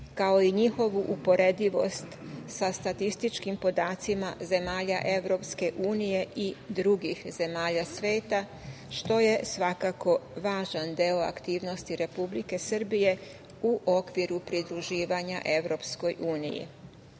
kao i njihovu uporedivost sa statističkim podacima zemalja EU i drugih zemalja sveta, što je svakako važan deo aktivnosti Republike Srbije u okviru pridruživanja EU.To je